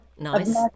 Nice